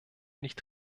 nicht